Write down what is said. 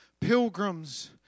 pilgrims